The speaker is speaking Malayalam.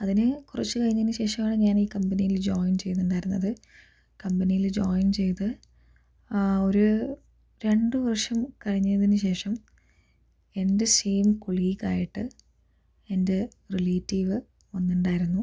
അതിന് കുറച്ച് കഴിഞ്ഞതിന് ശേഷമാണ് ഞാൻ ഈ കമ്പനിയിൽ ജോയിൻ ചെയ്തിട്ടുണ്ടായിരുന്നത് കമ്പനിയിൽ ജോയിൻ ചെയ്ത് ഒരു രണ്ടുവർഷം കഴിഞ്ഞതിനു ശേഷം എന്റെ സെയിം കൊളീഗ് ആയിട്ട് എന്റെ റിലേറ്റീവ് വന്നിട്ട് ഉണ്ടായിരുന്നു